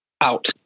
out